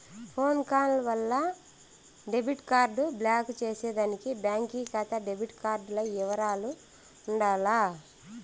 phone call వల్ల debit card block చేసేదానికి బాంకీ కాతా డెబిట్ కార్డుల ఇవరాలు ఉండాల